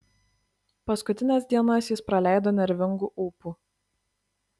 paskutines dienas jis praleido nervingu ūpu